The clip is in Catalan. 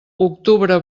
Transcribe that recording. octubre